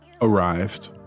arrived